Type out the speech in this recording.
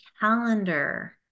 calendar